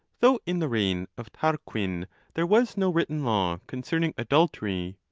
though in the reign of tarquin there was no written law con cerning adultery,